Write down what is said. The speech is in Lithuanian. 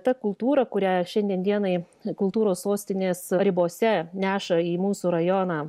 ta kultūra kurią šiandien dienai kultūros sostinės ribose neša į mūsų rajoną